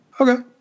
Okay